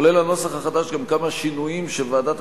כולל הנוסח החדש גם כמה שינויים שוועדת